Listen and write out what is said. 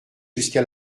jusqu’à